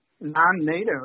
non-native